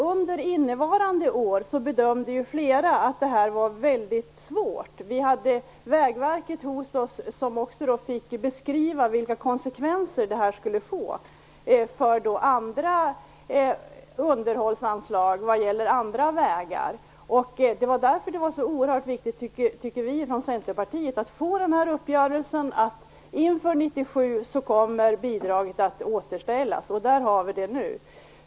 Under innevarande år bedömde ju flera att detta var väldigt svårt. Vägverket, som kom till oss i utskottet, fick beskriva vilka konsekvenser detta skulle få för andra underhållsanslag vad gällde andra vägar. Därför tyckte vi i Centerpartiet att det var så viktigt att nå fram till uppgörelsen om att inför 1997 återställa bidraget, och dit har vi nått nu.